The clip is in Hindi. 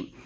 पुरथी पंचायत